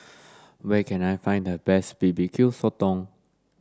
where can I find the best barbecue sotong